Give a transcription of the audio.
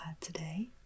today